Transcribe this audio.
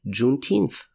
Juneteenth